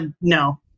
no